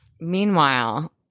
Meanwhile